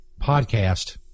podcast